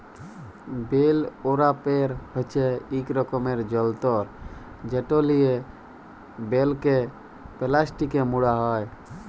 bell wrapper হছে ইক রকমের যল্তর যেট লিয়ে বেলকে পেলাস্টিকে মুড়া হ্যয়